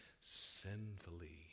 sinfully